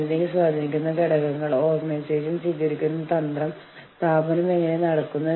ജീവനക്കാരൻ യൂണിയൻ കാര്യസ്ഥനോടും സൂപ്പർവൈസറോടും തന്റെ പരാതിയെക്കുറിച്ച് വാമൊഴിയായി പറയുന്നു